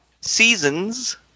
Seasons